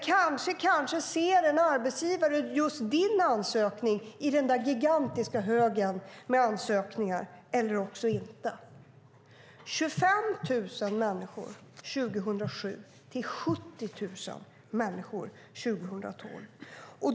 Kanske ser en arbetsgivare just din ansökning i den gigantiska högen med ansökningar - eller också inte. Antalet långtidsarbetslösa människor har ökat från 25 000 år 2007 till 70 000 år 2012.